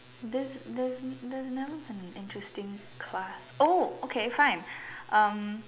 there's there's there was never a interesting class oh okay fine um